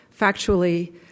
factually